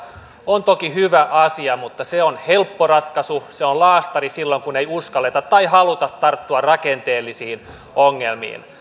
on toki hyvä asia mutta se on helppo ratkaisu se on laastari silloin kun ei uskalleta tai haluta tarttua rakenteellisiin ongelmiin